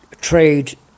trade